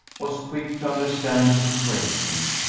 was quick to understand the situation,